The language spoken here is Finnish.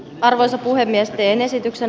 arvoisa puhemies teen esityksen